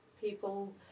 people